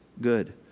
good